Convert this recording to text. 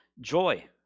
Joy